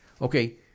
Okay